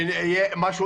שיהיה משהו